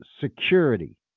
security